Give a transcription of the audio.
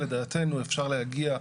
לדעתנו אפשר להגיע,